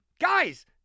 guys